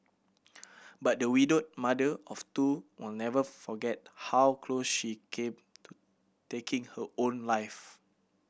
but the widowed mother of two will never forget how close she came to taking her own life